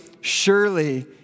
surely